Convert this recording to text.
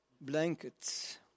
Blankets